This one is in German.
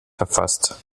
verfasst